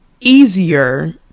easier